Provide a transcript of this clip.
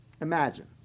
Imagine